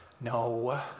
no